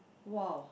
!wow!